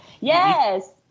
yes